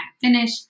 finish